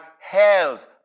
health